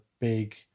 big